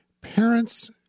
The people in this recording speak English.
parents